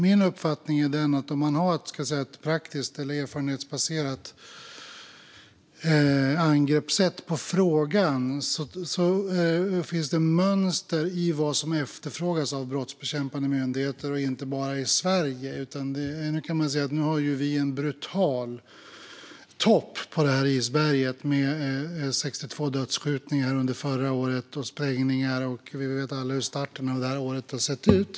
Min uppfattning är att om man har ett erfarenhetsbaserat angreppssätt på frågan finns det mönster i vad som efterfrågas av brottsbekämpande myndigheter, inte bara i Sverige. Vi har visserligen en brutal topp på detta isberg med 62 dödsskjutningar under förra året och ett antal sprängningar, och vi vet alla hur starten på detta år har sett ut.